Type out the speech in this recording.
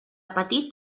petit